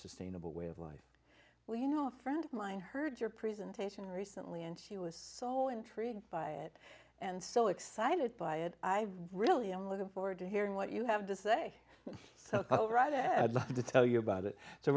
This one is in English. sustainable way of life well you know a friend of mine heard your presentation recently and she was so intrigued by it and so excited by it i really am looking forward to hearing what you have to say so all right i had to tell you about it so